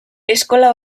eskola